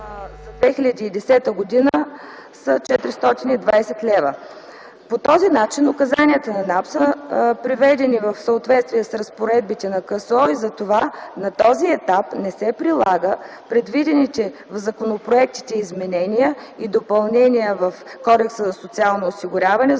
за 2010 г. е 420 лв. По този начин указанията на НАП са приведени в съответствие с разпоредбите на Кодекса за социално осигуряване и затова на този етап не се налагат предвидените в законопроектите изменения и допълнения в Кодекса за социално осигуряване,